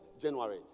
January